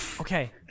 Okay